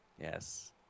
yes